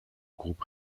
groupe